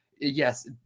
yes